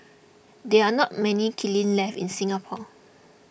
there are not many kilns left in Singapore